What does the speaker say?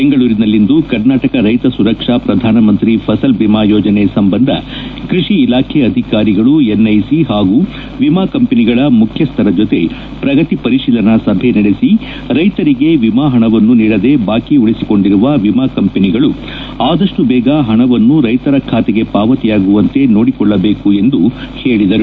ಬೆಂಗಳೂರಿನಲ್ಲಿಂದು ಕರ್ನಾಟಕ ರೈತ ಸುರಕ್ಷಾ ಪ್ರಧಾನಮಂತ್ರಿ ಫಸಲ್ ಭಿಮಾ ಯೋಜನೆ ಸಂಬಂಧ ಕೃಷಿ ಇಲಾಖೆ ಅಧಿಕಾರಿಗಳು ಎನ್ಐಸಿ ಹಾಗೂ ವಿಮಾ ಕಂಪನಿಗಳ ಮುಖ್ಯಸ್ವರ ಜೊತೆ ಪ್ರಗತಿ ಪರಿಶೀಲನಾ ಸಭೆ ನಡೆಸಿ ರೈತರಿಗೆ ವಿಮಾ ಪಣವನ್ನು ನೀಡದೆ ಬಾಕಿ ಉಳಿಸಿಕೊಂಡಿರುವ ವಿಮಾ ಕಂಪನಿಗಳು ಆದಷ್ಟು ಬೇಗ ಹಣವನ್ನು ರೈತರ ಬಾತೆಗೆ ಪಾವತಿಯಾಗುವಂತೆ ನೋಡಿಕೊಳ್ಳಬೇಕು ಎಂದು ಹೇಳದರು